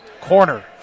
Corner